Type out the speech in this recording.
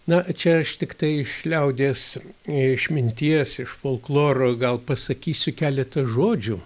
na čia aš tiktai iš liaudies išminties iš folkloro gal pasakysiu keletą žodžių